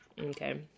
Okay